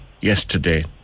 yesterday